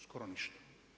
Skoro ništa.